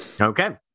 Okay